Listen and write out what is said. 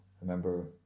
remember